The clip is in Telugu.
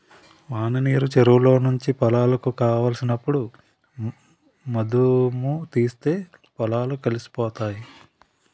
వాననీరు చెరువులో నుంచి పొలాలకు కావలసినప్పుడు మధుముతీస్తే పొలాలు కలిసిపోతాయి